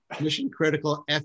Mission-critical